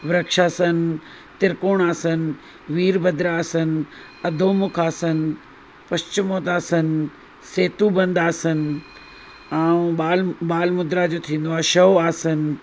वृक्षासन त्रिकोण आसन वीरभद्र आसन अद्योमुख आसन पश्चिमोता आसन सेतुबंद आसन ऐं बाल बाल मुद्रा जो थींदो आहे शव आसन